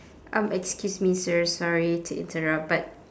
um excuse me sir sorry to interrupt but